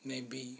maybe